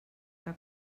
que